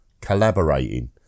collaborating